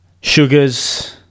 sugars